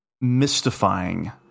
mystifying